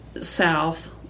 south